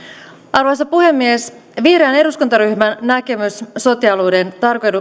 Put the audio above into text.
arvoisa puhemies vihreän eduskuntaryhmän näkemys sote alueiden